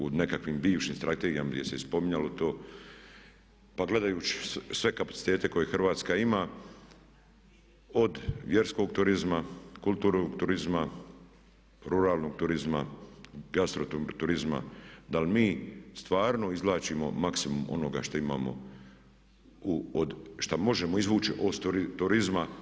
U nekakvim bivšim strategijama gdje se spominjalo to pa gledajući sve kapacitete koje Hrvatska ima od vjerskog turizma, kulturnog turizma, ruralnog turizma, gastro turizma da li mi stvarno izvlačimo maksimum onoga što imamo, što možemo izvući od turizma?